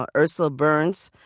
ah ursula burns,